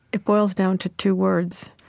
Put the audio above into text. it boils down to two words.